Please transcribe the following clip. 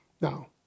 Now